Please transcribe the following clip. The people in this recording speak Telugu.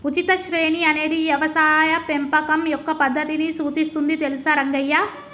ఉచిత శ్రేణి అనేది యవసాయ పెంపకం యొక్క పద్దతిని సూచిస్తుంది తెలుసా రంగయ్య